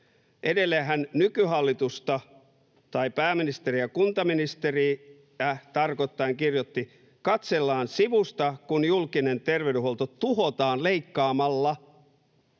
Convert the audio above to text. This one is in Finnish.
Edelleen hän nykyhallitusta, tai pääministeriä ja kuntaministeriä, tarkoittaen kirjoitti: ”Katsellaan sivusta, kun julkinen terveydenhuolto tuhotaan leikkaamalla.”